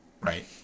right